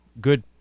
good